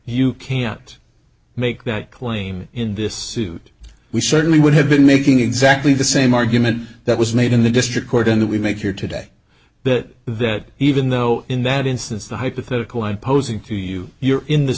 you can't make that claim in this suit we certainly would have been making exactly the same argument that was made in the district court and that we make here today that that even though in that instance the hypothetical i'm posing to you you're in the